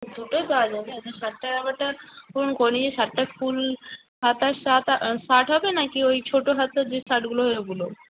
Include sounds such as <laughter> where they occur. দুটোই পাওয়া যাবে শার্টটার ব্যাপারটা <unintelligible> শার্টটা ফুল হাতা শার্ট শার্ট হবে না কি ওই ছোটো হাতা যে শার্টগুলো হয় ওগুলো